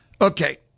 Okay